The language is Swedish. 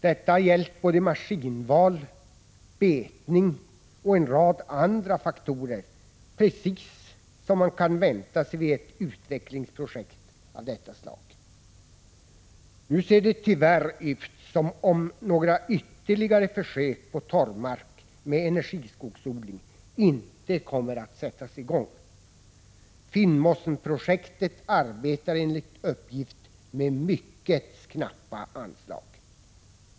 Detta har gällt såväl maskinval som betning och en rad andra faktorer, precis som man kan vänta sig vid ett utvecklingsprojekt av detta slag. Nu ser det tyvärr ut som om några ytterligare försök på torvmark med energiskogsodling inte kommer att sättas i gång. Finnmossenprojektet arbetar enligt uppgift med mycket knappa anslag.